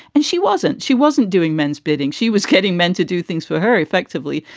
and she wasn't she wasn't doing men's bidding. she was getting men to do things for her effectively.